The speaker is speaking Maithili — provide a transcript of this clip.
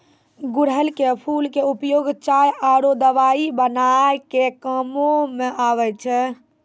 गुड़हल के फूल के उपयोग चाय आरो दवाई बनाय के कामों म आबै छै